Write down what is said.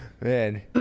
Man